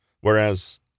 Whereas